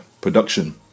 production